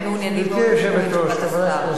אני בטוחה שאתם מעוניינים מאוד לשמוע את תשובת השר.